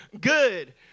good